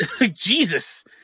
Jesus